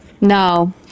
no